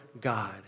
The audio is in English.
God